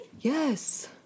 Yes